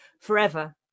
forever